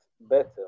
better